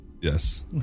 yes